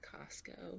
Costco